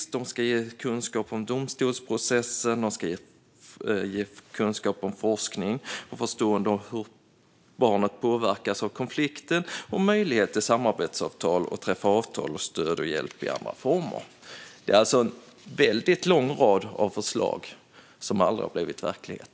Samtalen ska ge kunskap om domstolsprocessen och om forskning liksom förståelse för hur barnet påverkas av konflikten. De ska också ge möjlighet till samarbetsavtal och till att träffa avtal om stöd och hjälp i andra former. Det är alltså en väldigt lång rad förslag som aldrig har blivit verklighet.